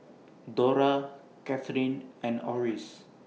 Dora Cathleen and Orris